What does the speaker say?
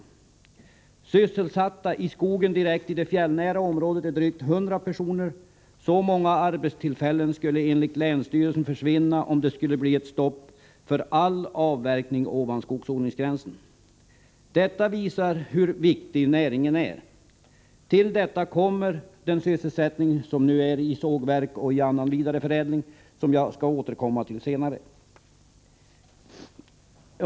Antalet sysselsatta i skogen direkt i det fjällnära området är drygt 100 personer — så många arbetstillfällen skulle enligt länsstyrelsen försvinna om det skulle bli ett stopp för all avverkning ovanför skogsodlingsgränsen. Detta visar hur viktig näringen är. Därtill kommer sysselsättningen i sågverksoch annan vidareförädlingsindustri, som jag skall tala om senare.